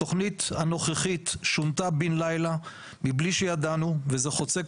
התכנית הנוכחית שונתה בן לילה מבלי שידענו וזה חוצה,